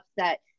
upset